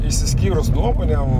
išsiskyrus nuomonėm